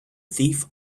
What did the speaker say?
thief